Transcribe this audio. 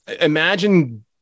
imagine